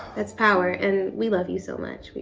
that's power, and we love you so much, we